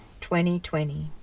2020